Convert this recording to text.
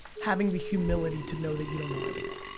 having the humility to know that you don't know everything.